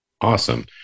Awesome